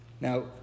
Now